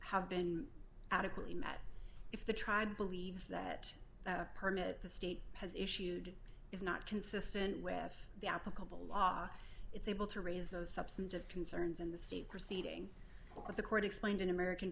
have been adequately met if the tried believes that the permit the state has issued is not consistent with the applicable law it's able to raise those substantive concerns in the state proceeding with the court explained in american